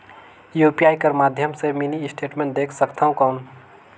UPI कर माध्यम से मिनी स्टेटमेंट देख सकथव कौन?